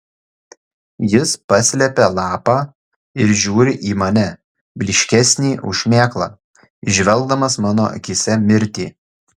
jis paslepia lapą ir žiūri į mane blyškesnį už šmėklą įžvelgdamas mano akyse mirtį